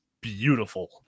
beautiful